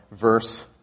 verse